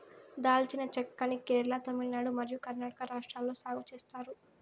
దాల్చిన చెక్క ని కేరళ, తమిళనాడు మరియు కర్ణాటక రాష్ట్రాలలో సాగు చేత్తారు